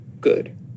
good